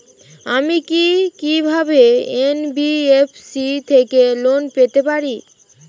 আমি কি কিভাবে এন.বি.এফ.সি থেকে লোন পেতে পারি?